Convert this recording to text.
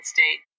State